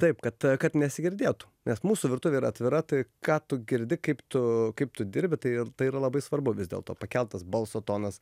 taip kad kad nesigirdėtų nes mūsų virtuvė yra atvira tai ką tu girdi kaip tu kaip tu dirbi tai ir tai yra labai svarbu v is dėlto pakeltas balso tonas